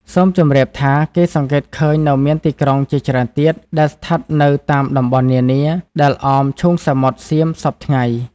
សូមជម្រាបថា គេសង្កេតឃើញនៅមានទីក្រុងជាច្រើនទៀត ដែលស្ថិតនៅ តាមតំបន់នានា ដែលអមឈូងសមុទ្រសៀមសព្វថ្ងៃ។